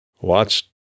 Watch